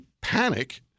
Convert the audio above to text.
panic